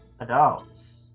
adults